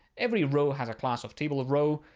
every row has a class of table of row.